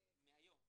מהיום.